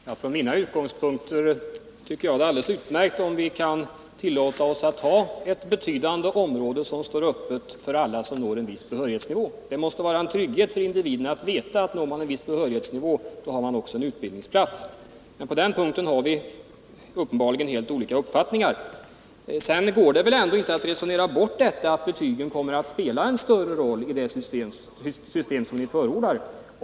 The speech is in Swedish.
Herr talman! Från mina utgångspunkter tycker jag att det är alldeles utmärkt om vi kan tillåta oss att ha ett betydande område som står öppet för alla som når en viss behörighetsnivå. Det måste vara en trygghet för individen att veta att om man når en viss behörighetsnivå har man också en utbildningsplats. Men på den punkten har vi uppenbarligen helt olika uppfattningar. Det går inte att resonera bort att betygen kommer att spela en större roll i det system som ni förordar, Lars Gustafsson.